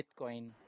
Bitcoin